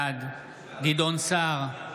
בעד גדעון סער,